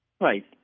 Right